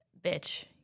bitch